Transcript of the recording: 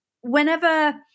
whenever